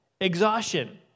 exhaustion